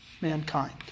mankind